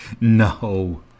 no